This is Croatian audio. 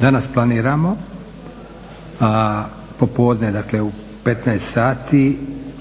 danas planiramo popodne, dakle u 15,00 sati